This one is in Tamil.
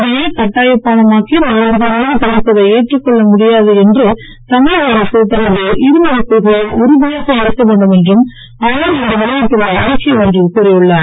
இந்தியைக் கட்டாயப் பாடமாக்கி மாணவர்கள் மீது திணிப்பதை ஏற்றுக் கொள்ள முடியாது என்றும் தமிழக அரசு தமது இருமொழிக் கொள்கையில் உறுதியாக இருக்க வேண்டும் என்றும் அவர் இன்று வெளியிட்டுள்ள அறிக்கை ஒன்றில் கூறியுள்ளார்